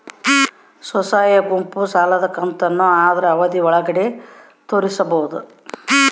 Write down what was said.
ಸ್ವಸಹಾಯ ಗುಂಪು ಸಾಲದ ಕಂತನ್ನ ಆದ್ರ ಅವಧಿ ಒಳ್ಗಡೆ ತೇರಿಸಬೋದ?